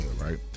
right